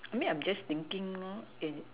I mean I'm just thinking in